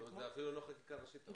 זאת אפילו לא חקיקה ראשית.